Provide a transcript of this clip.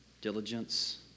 diligence